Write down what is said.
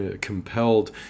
compelled